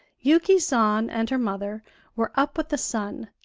yuki san and her mother were up with the sun,